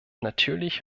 natürlich